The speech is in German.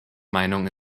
meinung